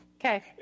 Okay